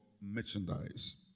merchandise